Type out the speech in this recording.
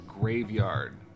graveyard